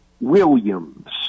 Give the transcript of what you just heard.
Williams